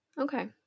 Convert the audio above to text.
okay